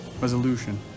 resolution